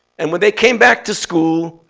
and when they came back to school,